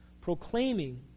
Proclaiming